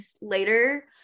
later